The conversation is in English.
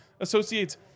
associates